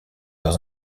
dans